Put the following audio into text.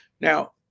Now